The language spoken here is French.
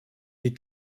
est